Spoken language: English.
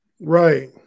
Right